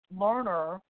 learner